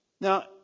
Now